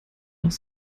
nach